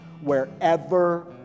wherever